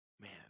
Man